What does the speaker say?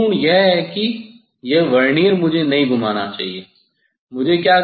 महत्वपूर्ण यह है कि यह वर्नियर मुझे नहीं घुमाना चाहिए